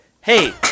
hey